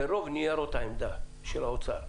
ברוב ניירות העמדה של האוצר,